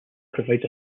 provides